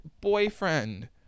boyfriend